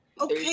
Okay